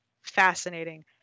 fascinating